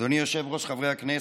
אדוני היושב-ראש, חברי הכנסת,